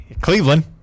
Cleveland